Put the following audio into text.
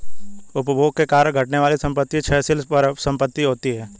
उपभोग के कारण घटने वाली संपत्ति क्षयशील परिसंपत्ति होती हैं